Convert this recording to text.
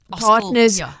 partners